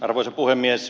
arvoisa puhemies